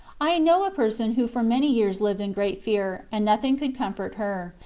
i know a person who for many years lived in great fear, and nothing could comfort her,